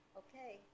okay